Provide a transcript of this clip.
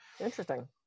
interesting